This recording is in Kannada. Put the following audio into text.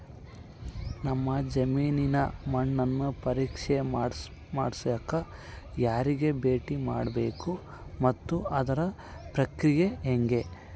ನಮ್ಮ ಜಮೇನಿನ ಮಣ್ಣನ್ನು ಪರೇಕ್ಷೆ ಮಾಡ್ಸಕ ಯಾರಿಗೆ ಭೇಟಿ ಮಾಡಬೇಕು ಮತ್ತು ಅದರ ಪ್ರಕ್ರಿಯೆ ಹೆಂಗೆ?